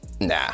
Nah